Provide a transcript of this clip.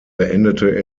beendete